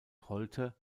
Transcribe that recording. holte